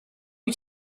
you